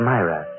Myra